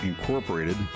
Incorporated